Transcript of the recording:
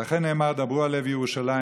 ולכן נאמר: "דברו על לב ירושלים,